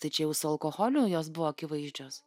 tai čia jau su alkoholiu jos buvo akivaizdžios